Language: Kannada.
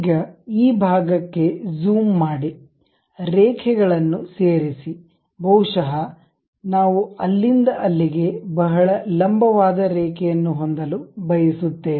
ಈಗ ಈ ಭಾಗಕ್ಕೆ ಜೂಮ್ ಮಾಡಿ ರೇಖೆಗಳನ್ನು ಸೇರಿಸಿ ಬಹುಶಃ ನಾವು ಅಲ್ಲಿಂದ ಅಲ್ಲಿಗೆ ಬಹಳ ಲಂಬವಾದ ರೇಖೆಯನ್ನು ಹೊಂದಲು ಬಯಸುತ್ತೇವೆ